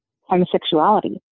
homosexuality